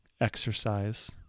exercise